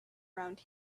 around